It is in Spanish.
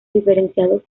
diferenciados